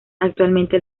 actualmente